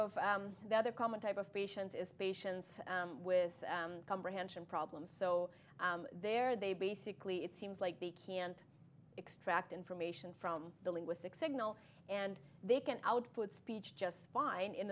of the other common type of patients is patients with comprehension problems so there they basically it seems like they can't extract information from the linguistic signal and they can output speech just fine in